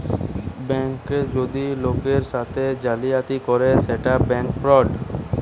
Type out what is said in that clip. bank যদি লোকের সাথে জালিয়াতি করে সেটা ব্যাঙ্ক ফ্রড